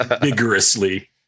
vigorously